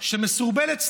ומסורבלת סתם.